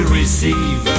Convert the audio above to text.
receive